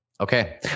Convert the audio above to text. Okay